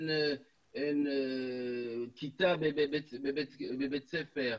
אין כיתה בבית ספר,